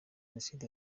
jenoside